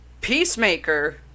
Peacemaker